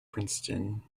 princeton